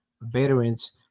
veterans